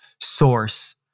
source